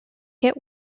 get